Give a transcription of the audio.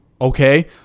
okay